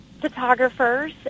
photographers